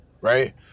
Right